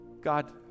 God